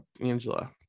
Angela